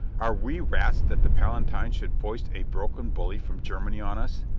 are we rats that the palatine should foist a broken bully from germany on us?